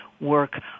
work